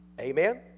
Amen